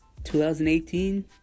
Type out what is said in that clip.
2018